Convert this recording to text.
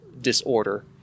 disorder